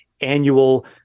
annual